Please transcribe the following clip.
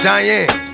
Diane